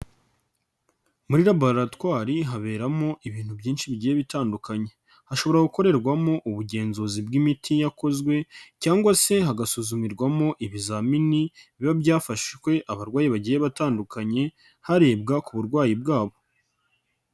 Muri laboratwari haberamo ibintu byinshi bigiye bitandukanye, hashobora gukorerwamo ubugenzuzi bw'imiti yakozwe cyangwa se hagasuzumirwamo ibizamini biba byafashwe abarwayi bagiye batandukanye, harebwa ku burwayi bwabo.